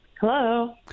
Hello